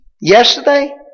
yesterday